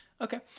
Okay